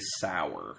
sour